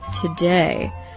today